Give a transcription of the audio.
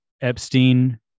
Epstein